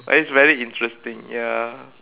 but it's very interesting ya